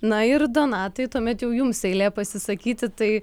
na ir donatai tuomet jau jums eilė pasisakyti tai